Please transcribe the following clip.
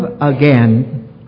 again